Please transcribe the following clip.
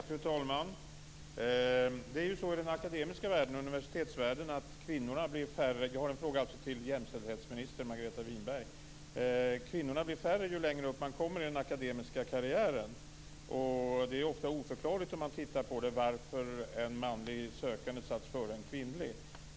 Fru talman! Jag har en fråga till jämställdhetsminister Margareta Winberg. I den akademiska världen, i universitetsvärlden, blir kvinnorna färre ju längre upp man kommer i den akademiska karriären. Det är ofta oförklarligt varför en manlig sökande satts framför en kvinnlig.